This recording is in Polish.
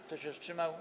Kto się wstrzymał?